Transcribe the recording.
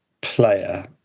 player